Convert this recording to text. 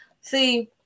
see